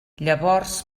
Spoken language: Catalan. llavors